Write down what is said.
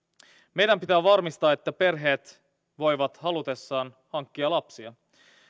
meidän pitää varmistaa että perheet voivat halutessaan hankkia lapsia